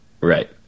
Right